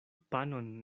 panon